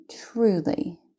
truly